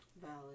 Valid